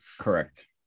Correct